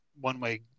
one-way